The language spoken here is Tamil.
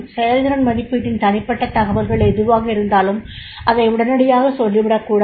செயல்திறன் மதிப்பீட்டின் தனிப்பட்ட தகவல்கள் எதுவாக இருந்தாலும் அதை உடனடியாக சொல்லிவிடக் கூடாது